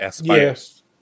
yes